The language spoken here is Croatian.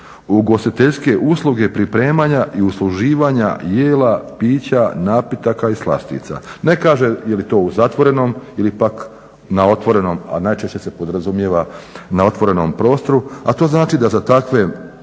ugostiteljske usluge pripremanja i usluživanja jela, pića, napitaka i slastica. Ne kaže jeli to u zatvorenom ili pak na otvorenom, a najčešće se podrazumijeva na otvorenom prostoru, a to znači da za takve